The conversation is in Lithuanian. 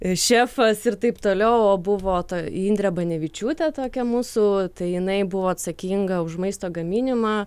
šefas ir taip toliau o buvo indrė banevičiūtė tokia mūsų tai jinai buvo atsakinga už maisto gaminimą